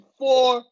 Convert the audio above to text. four